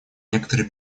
некоторые